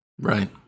right